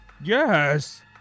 Yes